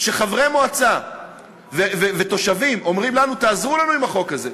חברי מועצה ותושבים אומרים לנו: תעזרו לנו עם החוק הזה,